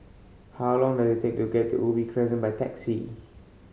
how long does it take to get to Ubi Crescent by taxi